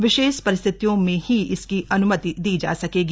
विशेष परिस्थितियों में ही इसकी अन्मति दी जा सकेगी